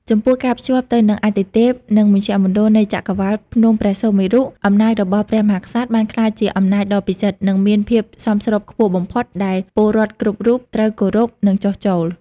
ចំពោះ ការភ្ជាប់ខ្លួនទៅនឹងអាទិទេព និងមជ្ឈមណ្ឌលនៃចក្រវាឡ ភ្នំព្រះសុមេរុ អំណាចរបស់ព្រះមហាក្សត្របានក្លាយជាអំណាចដ៏ពិសិដ្ឋ និងមានភាពស្របច្បាប់ខ្ពស់បំផុត ដែលពលរដ្ឋគ្រប់រូបត្រូវគោរព និងចុះចូល។